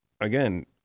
again